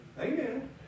Amen